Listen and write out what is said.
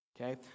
okay